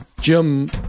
Jim